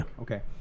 Okay